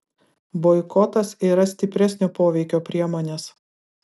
boikotas yra stipresnio poveikio priemonės